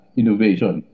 innovation